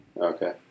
Okay